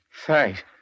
Thanks